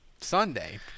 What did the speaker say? Sunday